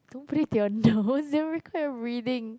don't put it to your nose they'll record your breathing